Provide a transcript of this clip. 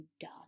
done